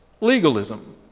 Legalism